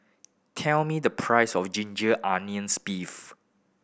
tell me the price of ginger onions beef